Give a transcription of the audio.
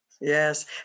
Yes